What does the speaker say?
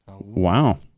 wow